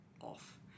off